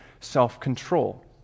self-control